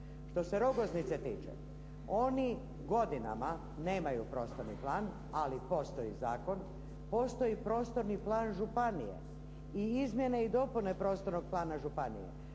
Što se Rogoznice tiče, oni godinama nemaju prostorni plan, ali postoji zakon, postoji prostorni plan županije i izmjene i dopune prostornog plana županije